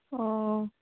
ᱚᱻ